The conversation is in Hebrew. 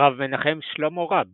הרב מנחם שלמה ראב